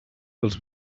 els